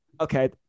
Okay